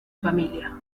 familia